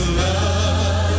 love